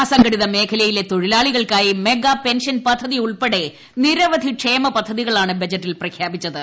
അസംഘടിത മേഖലയിലെ തൊഴിലാളികൾക്കായി മെഗാ പെൻഷൻപദ്ധതി ഉൾപ്പെടെ നിരവധി ക്ഷേമ പദ്ധതികളാണ് ബജറ്റിൽ പ്രഖ്യാപിച്ചത്